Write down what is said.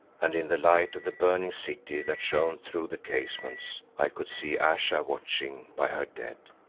and in the light of the burning city that shone through the casements i could see ayesha watching by her dead.